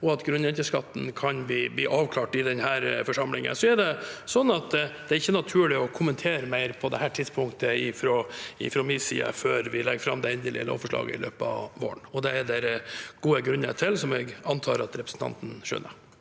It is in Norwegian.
og at grunnrenteskatten kan bli avklart i denne forsamlingen. Så er det ikke naturlig å kommentere mer på dette tidspunktet fra min side før vi legger fram det endelige lovforslaget i løpet av våren. Det er det gode grunner til, som jeg antar at representanten skjønner.